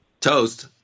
toast